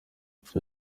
icyo